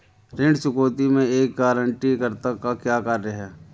ऋण चुकौती में एक गारंटीकर्ता का क्या कार्य है?